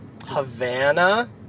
Havana